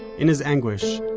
in his anguish,